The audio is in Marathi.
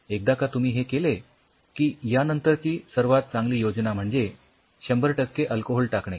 एकदा का तुम्ही हे केले की यानंतरची सर्वात चांगली योजना म्हणजे १०० टक्के अल्कोहोल टाकणे